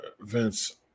Vince